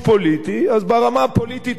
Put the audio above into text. אז ברמה הפוליטית הוא לא ירוויח.